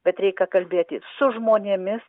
bet reikia kalbėti su žmonėmis